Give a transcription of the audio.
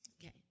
Okay